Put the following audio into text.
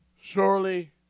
surely